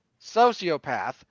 sociopath